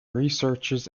researches